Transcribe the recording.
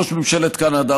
ראש ממשלת קנדה,